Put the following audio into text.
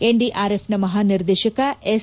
ಎನ್ಡಿಆರ್ಎಫ್ನ ಮಹಾ ನಿರ್ದೇತಕ ಎಸ್